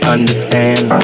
Understand